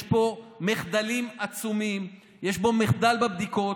יש פה מחדלים עצומים, יש פה מחדל בבדיקות.